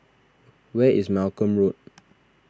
where is Malcolm Road